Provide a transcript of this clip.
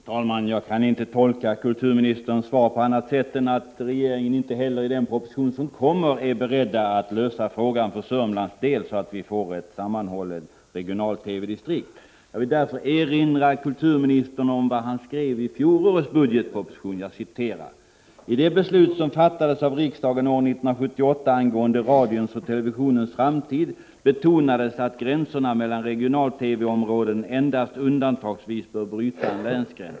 Fru talman! Jag kan inte tolka kulturministerns svar på annat sätt än att regeringen inte heller i den proposition som kommer är beredd att lösa frågan för Sörmlands del, så att vi får ett sammanhållet regional-TV-distrikt. Jag vill därför erinra kulturministern om vad han skrev i fjolårets budgetproposition: ”I det beslut som fattades av riksdagen år 1978 angående radions och televisionens framtid betonades att gränserna mellan regional-TV-områden endast undantagsvis bör bryta en länsgräns.